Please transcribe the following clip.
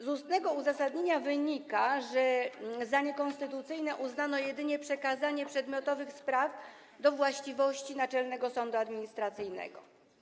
Z ustnego uzasadnienia wynika, że za niekonstytucyjne uznano jedynie przekazanie przedmiotowych spraw do właściwości Naczelnego Sądu Administracyjnego.